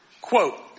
Quote